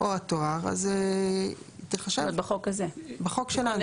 היא יכולה